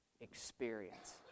experience